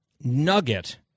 nugget